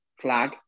flag